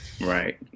right